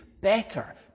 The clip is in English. better